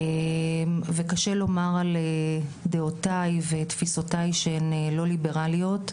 וקשה לומר על דעותיי ותפיסותיי שהן לא ליברליות,